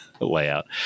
layout